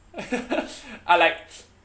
I like